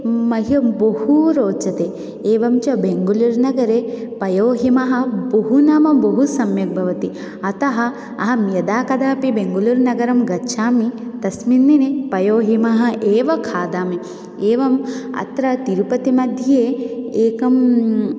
मह्यं बहु रोचते एवं च बेङ्गलूर् नगरे पयोहिमः बहु नाम बहु सम्यक् भवति अतः अहं यदा कदापि बेङ्गलूर्नगरं गच्छामि तस्मिन् दिने पयोहिमः एव खादामि एवम् अत्र तिरुपतिमध्ये एकं